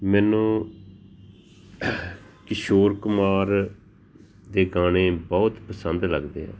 ਮੈਨੂੰ ਕਿਸ਼ੋਰ ਕੁਮਾਰ ਦੇ ਗਾਣੇ ਬਹੁਤ ਪਸੰਦ ਲੱਗਦੇ ਆ